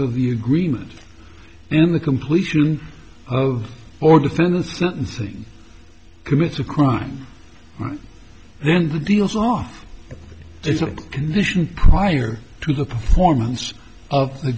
of the agreement and the completion of or the federal sentencing commits a crime then the deal's off it's a condition prior to the performance of the